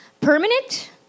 permanent